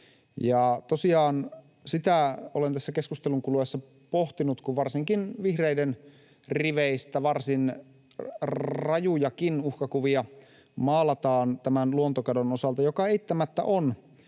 sitä olen tässä keskustelun kuluessa pohtinut, kun varsinkin vihreiden riveistä varsin rajujakin uhkakuvia maalataan tämän luontokadon osalta, joka eittämättä on